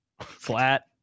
Flat